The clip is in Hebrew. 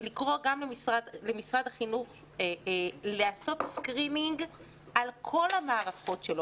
לקרוא גם למשרד החינוך לעשות סקרינינג על כל המערכות שלו